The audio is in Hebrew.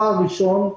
ראשית,